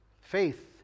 faith